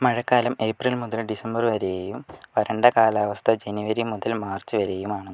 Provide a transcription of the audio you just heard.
മഴക്കാലം ഏപ്രിൽ മുതൽ ഡിസംബർ വരെയും വരണ്ട കാലാവസ്ഥ ജനുവരി മുതൽ മാർച്ച് വരെയുമാണ്